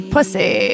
Pussy